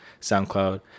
SoundCloud